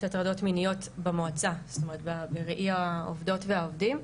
הטרדות מיניות במועצה בראי העובדות והעובדים,